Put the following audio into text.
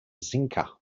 xinca